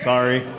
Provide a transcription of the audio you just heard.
Sorry